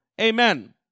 Amen